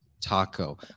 taco